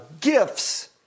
gifts